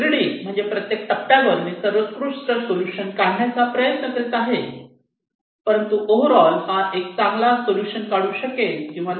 greedy म्हणजे प्रत्येक टप्प्यावर मी सर्वोत्कृष्ट सोल्युशन काढण्याचा प्रयत्न करीत आहे परंतु ओव्हर ऑल हा एक चांगला सोल्युशन काढू शकेल किंवा नाही